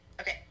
Okay